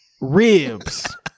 ribs